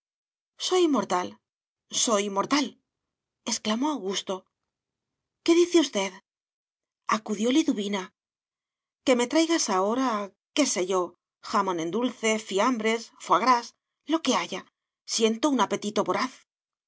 soy inmortal soy inmortal exclamó augusto qué dice usted acudió liduvina que me traigas ahora qué sé yo jamón en dulce fiambres foie gras lo que haya siento un apetito voraz